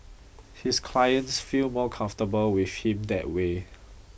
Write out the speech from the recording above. his clients feel more comfortable with him that way